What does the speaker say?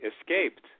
escaped